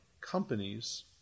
companies